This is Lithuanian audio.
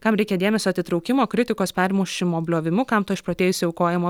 kam reikia dėmesio atitraukimo kritikos permušimo bliovimu kam to išprotėjusio aukojamo